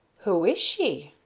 who is she?